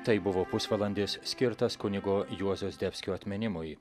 tai buvo pusvalandis skirtas kunigo juozo zdebskio atminimui